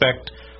expect